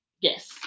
Yes